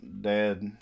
Dad